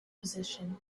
position